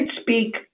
speak